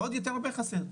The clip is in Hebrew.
ועוד הרבה יותר חסר,